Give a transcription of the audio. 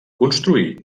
construir